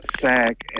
sack